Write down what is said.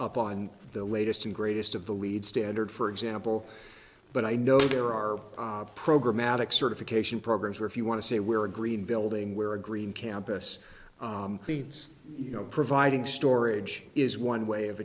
up on the latest and greatest of the lead standard for example but i know there are program magic certification programs where if you want to say where a green building where a green campus leaves you know providing storage is one way of